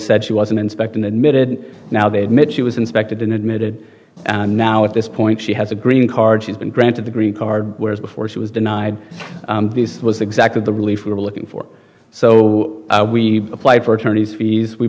said she wasn't inspecting admitted now they admit she was inspected and admitted now at this point she has a green card she's been granted a green card whereas before she was denied these was exactly the relief we were looking for so we applied for attorney's fees we